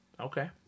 Okay